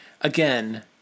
again